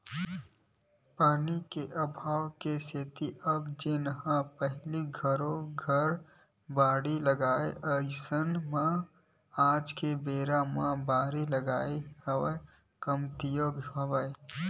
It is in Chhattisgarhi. पानी के अभाव के सेती अब जेन पहिली घरो घर बाड़ी लगाय अइसन म आज के बेरा म बारी लगई ह कमतियागे हवय